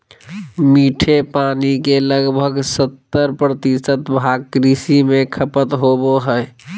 मीठे पानी के लगभग सत्तर प्रतिशत भाग कृषि में खपत होबो हइ